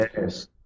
yes